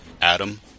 Adam